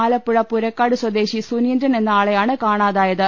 ആലപ്പുഴ പുരക്കാട് സ്വദേശി സുനീന്ദ്രൻ എന്ന ആളെയാണ് കാണാതായത്